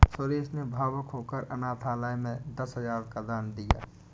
सुरेश ने भावुक होकर अनाथालय में दस हजार का दान दिया